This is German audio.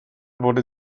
wurde